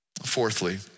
Fourthly